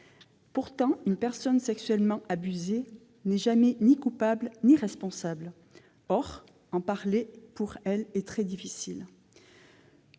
Pourtant, une personne sexuellement abusée n'est jamais coupable ni responsable. Mais parler est pour elle très difficile,